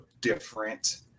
different